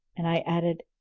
and i added,